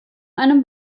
einem